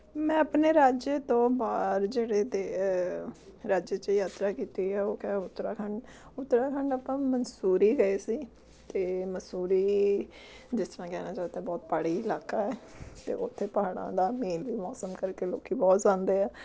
ਮੈਂ ਆਪਣੇ ਰਾਜੇਯ ਤੋਂ ਬਾਹਰ ਜਿਹੜੇ ਦੇ ਰਾਜੇਯ 'ਚ ਯਾਤਰਾ ਕੀਤੀ ਆ ਉਹ ਕੇ ਉੱਤਰਾਖੰਡ ਉਤਰਾਖੰਡ ਆਪਾਂ ਮੰਨਸੂਰੀ ਗਏ ਸੀ ਅਤੇ ਮਨਸੂਰੀ ਜਿਸ ਤਰ੍ਹਾਂ ਕਹਿਣਾ ਚਾਹੋ ਤਾਂ ਬਹੁਤ ਪਹਾੜੀ ਇਲਾਕਾ ਹੈ ਅਤੇ ਉਥੇ ਪਹਾੜਾਂ ਦਾ ਮੇਨ ਵੀ ਮੌਸਮ ਕਰਕੇ ਲੋਕੀ ਬਹੁਤ ਜਾਂਦੇ ਆ